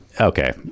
Okay